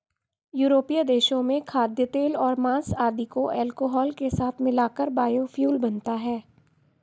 यूरोपीय देशों में खाद्यतेल और माँस आदि को अल्कोहल के साथ मिलाकर बायोफ्यूल बनता है